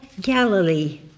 Galilee